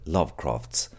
Lovecrafts